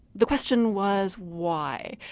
the question was why?